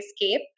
escape